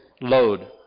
load